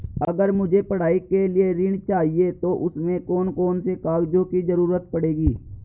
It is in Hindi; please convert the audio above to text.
अगर मुझे पढ़ाई के लिए ऋण चाहिए तो उसमें कौन कौन से कागजों की जरूरत पड़ेगी?